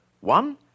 One